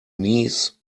niece